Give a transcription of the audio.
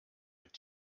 mit